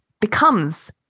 becomes